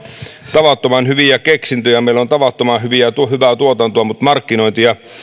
tavattoman hyviä keksintöjä meillä on tavattoman hyvää tuotantoa mutta markkinointi ja